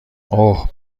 اوه